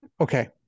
okay